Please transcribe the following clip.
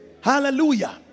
hallelujah